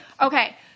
Okay